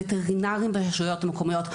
וטרינרים ברשויות מקומיות,